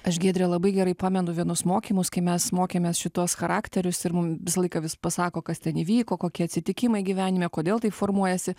aš giedre labai gerai pamenu vienus mokymus kai mes mokėmės šituos charakterius ir mum visą laiką vis pasako kas ten įvyko kokie atsitikimai gyvenime kodėl tai formuojasi